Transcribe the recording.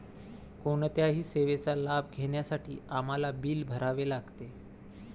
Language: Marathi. कोणत्याही सेवेचा लाभ घेण्यासाठी आम्हाला बिल भरावे लागते